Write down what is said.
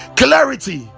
clarity